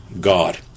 god